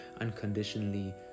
unconditionally